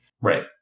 Right